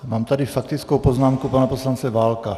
Mám tady faktickou poznámku pana poslance Válka.